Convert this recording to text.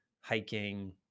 hiking